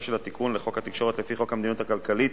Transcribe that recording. של התיקון לחוק התקשורת לפי חוק המדיניות הכלכלית